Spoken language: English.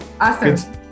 awesome